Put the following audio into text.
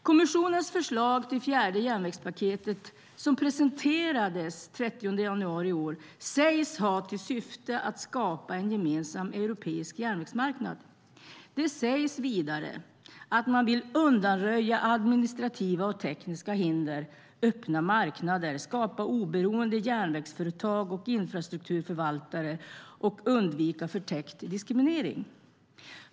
Kommissionens förslag till fjärde järnvägspaketet, som presenterades den 30 januari i år, sägs ha till syfte att skapa en gemensam europeisk järnvägsmarknad. Det sägs vidare att man vill undanröja administrativa och tekniska hinder, öppna marknader, skapa oberoende järnvägsföretag och infrastrukturförvaltare och undvika förtäckt diskriminering.